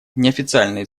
неофициальные